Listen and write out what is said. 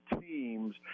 teams